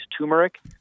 turmeric